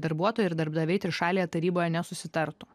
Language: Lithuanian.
darbuotojai ir darbdaviai trišalėje taryboje nesusitartų